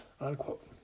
unquote